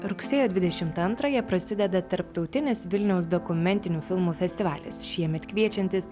rugsėjo dvidešimt antrąją prasideda tarptautinis vilniaus dokumentinių filmų festivalis šiemet kviečiantis